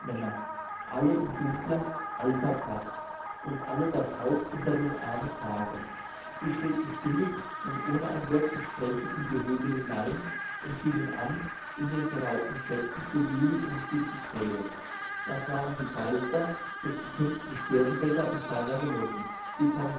männer alle in dunkler alter tracht und alle das haupt unter dem arme tragend die schritten still und ohne ein wort zu sprechen in die höhle hinein und fingen an in den geraubten schätzen zu wühlen und sie zu zählen das waren die geister des geköpften störtebeck und seiner genossen sie kommen